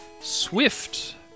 Swift